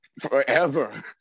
forever